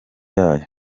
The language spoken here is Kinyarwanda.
yayo